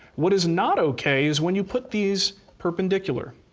what is not okay is when you put these perpendicular,